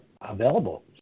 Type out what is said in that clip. available